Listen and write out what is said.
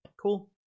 cool